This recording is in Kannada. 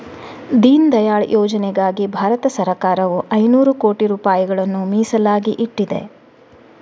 ದೀನ್ ದಯಾಳ್ ಯೋಜನೆಗಾಗಿ ಭಾರತ ಸರಕಾರವು ಐನೂರು ಕೋಟಿ ರೂಪಾಯಿಗಳನ್ನ ಮೀಸಲಾಗಿ ಇಟ್ಟಿದೆ